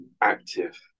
active